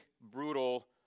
brutal